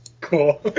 Cool